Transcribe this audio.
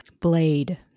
blade